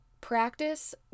practice